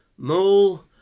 Mole